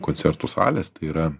koncertų salės tai yra